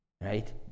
Right